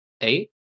eight